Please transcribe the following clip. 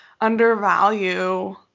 undervalue